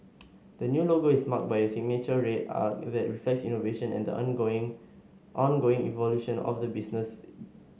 the new logo is marked by a signature red arc that reflects innovation and the ongoing ongoing evolution of the business